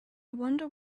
wonder